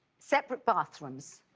separate bathrooms.